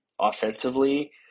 offensively